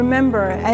Remember